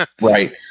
right